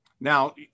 Now